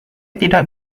tidak